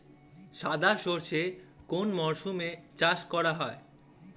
সাদা সর্ষে কোন মরশুমে চাষ করা হয়?